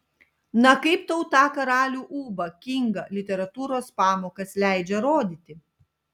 na kaip tau tą karalių ūbą kingą literatūros pamokas leidžia rodyti